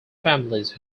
families